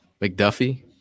McDuffie